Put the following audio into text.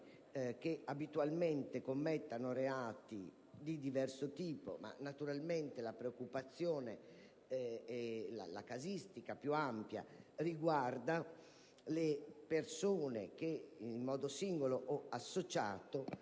che abitualmente commettono reati di diverso tipo, ma naturalmente la preoccupazione e la casistica più ampia riguardano le persone che, in modo singolo o associato,